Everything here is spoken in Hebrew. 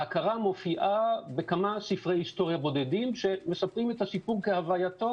ההכרה מופיעה בכמה ספרי היסטוריה בודדים שמספרים את הסיפור כהווייתו,